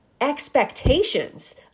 expectations